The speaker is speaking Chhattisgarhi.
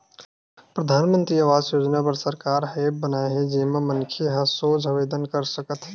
परधानमंतरी आवास योजना बर सरकार ह ऐप बनाए हे जेमा मनखे ह सोझ आवेदन कर सकत हे